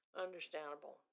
understandable